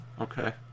okay